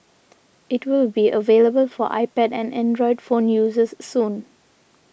it will be available for iPad and Android phone users soon